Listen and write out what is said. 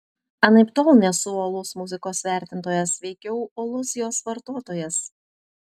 anaiptol nesu uolus muzikos vertintojas veikiau uolus jos vartotojas